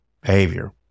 behavior